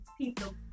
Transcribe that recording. people